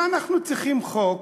מה אנחנו צריכים חוק